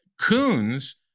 Coons